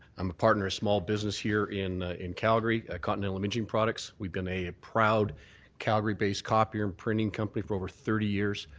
i'm a partner of small business here in in calgary, continental imaging products. we've been a a proud calgary-based copying and printing company for over thirty years.